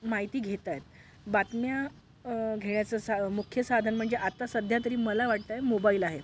माहिती घेत आहेत बातम्या घेण्याचं सा मुख्य साधन म्हणजे आता सध्या तरी मला वाटतं आहे मोबाइल आहे